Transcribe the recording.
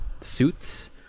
Suits